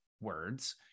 words